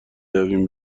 رویم